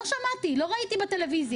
לא שמעתי, לא ראיתי בטלוויזיה.